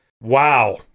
wow